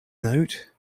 note